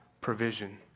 provision